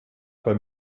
beim